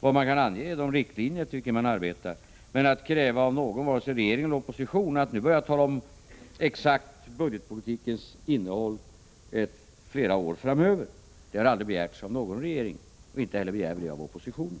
Vad man kan ange är de riktlinjer efter vilka man arbetar, men att kräva av någon, vare sig regering eller opposition, att nu börja tala om budgetpolitikens exakta innehåll för flera år framöver har aldrig begärts av någon regering, och inte heller begär vi det av oppositionen.